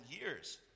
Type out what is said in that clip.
years